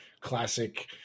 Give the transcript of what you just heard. classic